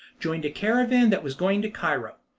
joined a caravan that was going to cairo.